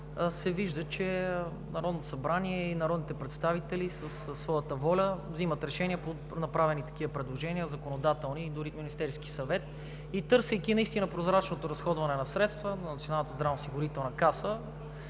се вижда, че Народното събрание и народните представители със своята воля взимат решения по направени такива законодателни предложения, дори и в Министерския съвет, и търсейки наистина прозрачното разходване на средства на